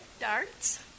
Darts